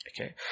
Okay